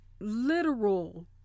literal